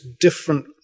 different